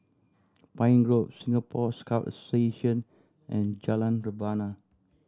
Pine Grove Singapore Scout Association and Jalan Rebana